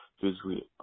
physically